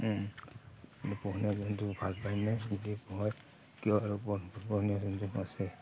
পোহনীয়া জন্তু ভাল পায়নে